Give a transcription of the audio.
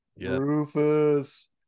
Rufus